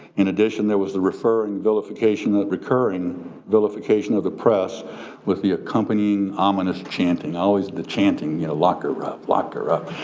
in addition, there was the referring vilification that recurring vilification of the press with the accompanying ominous chanting, always the chanting you know lock her up, lock her up.